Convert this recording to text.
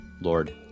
Lord